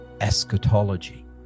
eschatology